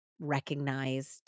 recognized